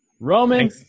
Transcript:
Roman